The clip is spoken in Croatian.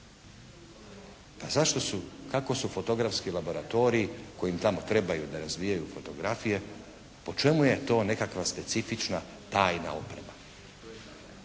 Pa zašto su, kako su fotografski laboratoriji koji im tamo trebaju da razvijaju fotografije, po čemu je to nekakva specifična tajna oprema?